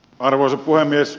arvoisa puhemies